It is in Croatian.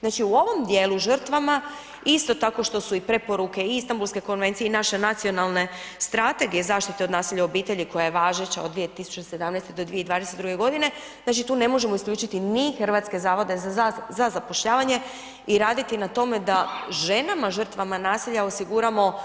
Znači u ovom dijelu žrtvama isto tako što su i preporuke i Istanbulske konvencije i naše Nacionalne strategije zaštite od nasilja u obitelji koja je važeća od 2017. do 2022. godine, znači tu ne možemo isključiti ni Hrvatske zavode za zapošljavanje i raditi na tome da ženama žrtvama nasilja osiguramo